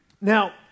Now